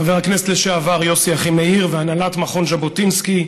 חבר הכנסת לשעבר יוסי אחימאיר והנהלת מכון ז'בוטינסקי,